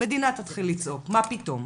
המדינה תתחיל לצעוק - מה פתאום,